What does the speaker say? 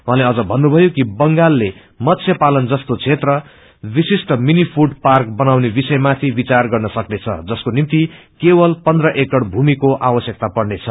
उसैले अझ भन्नुभयो कि बंगालले मत्स्य पालन जस्तो क्षेत्र विशिष्ट मिनी फूड पार्क बनाउने विषयमाथि विद्यार गर्न सक्नेछ जसको निभ्त केवल पन्त्र एकह भूमिको आवश्यकता पर्नेछ